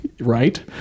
Right